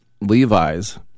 Levi's